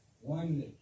one